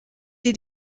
die